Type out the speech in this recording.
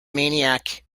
maniac